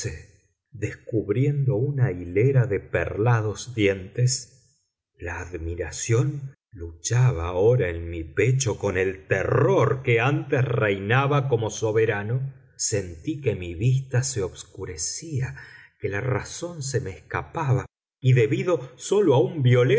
descubriendo una hilera de perlados dientes la admiración luchaba ahora en mi pecho con el terror que antes reinaba como soberano sentí que mi vista se obscurecía que la razón se me escapaba y debido sólo a un violento